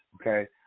Okay